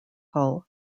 hull